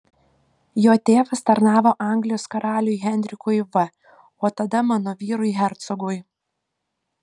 jo tėvas tarnavo anglijos karaliui henrikui v o tada mano vyrui hercogui